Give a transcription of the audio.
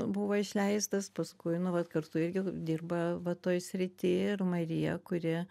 buvo išleistas paskui nu vat kartu irgi dirba va toj srity ir marija kuri